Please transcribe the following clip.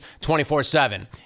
24-7